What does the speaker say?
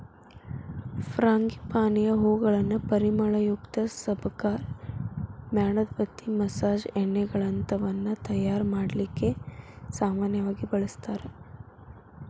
ಫ್ರಾಂಗಿಪಾನಿಯ ಹೂಗಳನ್ನ ಪರಿಮಳಯುಕ್ತ ಸಬಕಾರ್, ಮ್ಯಾಣದಬತ್ತಿ, ಮಸಾಜ್ ಎಣ್ಣೆಗಳಂತವನ್ನ ತಯಾರ್ ಮಾಡ್ಲಿಕ್ಕೆ ಸಾಮನ್ಯವಾಗಿ ಬಳಸ್ತಾರ